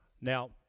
Now